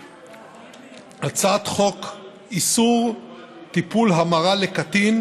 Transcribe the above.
הצעת חוק איסור טיפול המרה לקטין,